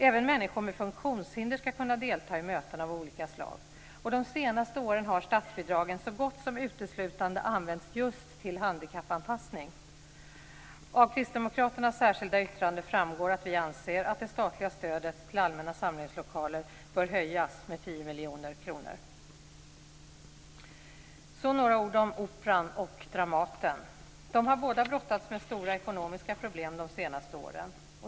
Även människor med funktionshinder ska kunna delta i möten av olika slag. De senaste åren har statsbidragen så gott som uteslutande använts just till handikappanpassning. Av kristdemokraternas särskilda yttrande framgår att vi anser att det statliga stödet till allmänna samlingslokaler bör höjas med 10 miljoner kronor. Så några ord om Operan och Dramaten. De har båda brottats med stora ekonomiska problem de senaste åren.